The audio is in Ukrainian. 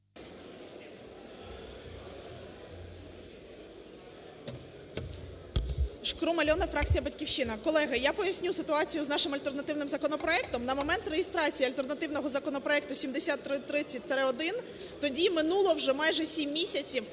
Шкрум Альона, фракція "Батьківщина". Колеги, я поясню ситуацію з нашим альтернативним законопроектом. На момент реєстрації альтернативного законопроекту 7330-1 тоді минуло вже майже 7 місяців